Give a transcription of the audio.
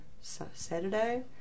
Saturday